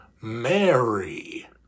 Mary